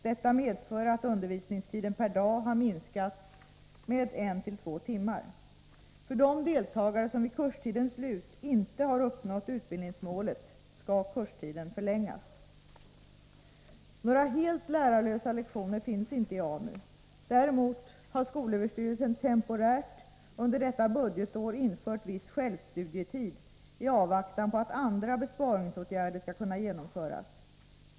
Detta medför att undervisningstiden per dag har minskat med en till två timmar. För de deltagare som vid kurstidens slut inte har uppnått utbildningsmålet skall kurstiden förlängas. Några helt lärarlösa lektioner finns inte i AMU. Däremot har skolöverstyrelsen temporärt under detta budgetår infört viss självstudietid i avvaktan på att andra besparingsåtgärder skall kunna genomföras.